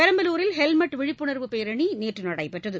பெரம்பலூரில் ஹெல்மெட் விழிப்புணர்வுப் பேரணிநேற்றுநடைபெற்றது